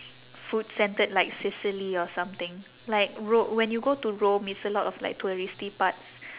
food-centered like sicily or something like ro~ when you go to rome it's a lot of like touristy parts